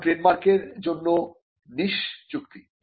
যেমন ট্রেডমার্কের জন্য নিস চুক্তি